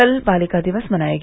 कल बालिका दिवस मनाया गया